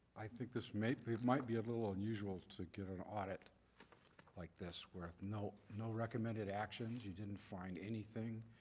i think this might be might be a little unusual to get an audit like this where no no recommended actions, you didn't find anything?